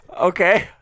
Okay